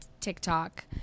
TikTok